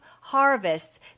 harvests